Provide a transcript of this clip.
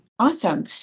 Awesome